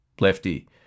lefty